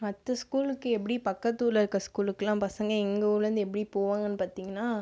மற்ற ஸ்கூலுக்கு எப்படி பக்கத்து ஊரில் இருக்க ஸ்கூலுக்குலாம் பசங்க எங்கள் ஊருலேருந்து எப்படி போவாங்கன்னு பார்த்தீங்கன்னா